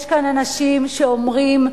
יש כאן אנשים שאומרים,